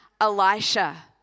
Elisha